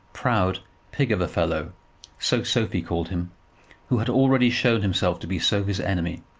proud pig of a fellow so sophie called him who had already shown himself to be sophie's enemy,